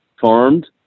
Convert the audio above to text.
farmed